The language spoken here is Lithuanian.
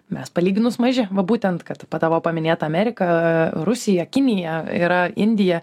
mes palyginus maži va būtent kad ta tavo paminėta amerika rusija kinija yra indija